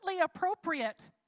appropriate